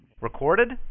Recorded